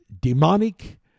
demonic